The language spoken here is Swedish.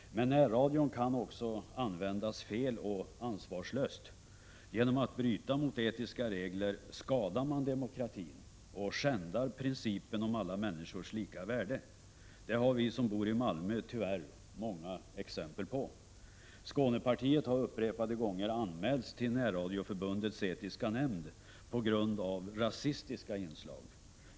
Men närradion kan också användas fel och ansvarslöst. Genom att bryta mot etiska regler skadar man demokratin och skändar principen om alla människors lika värde. Det har vi som bor i Malmö tyvärr många exempel på. Skånepartiet har upprepade gånger anmälts till Närradioförbundets etiska nämnd på grund av rasistiska inslag.